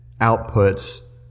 outputs